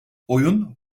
oyun